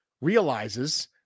realizes